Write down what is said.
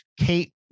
Kate